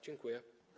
Dziękuję.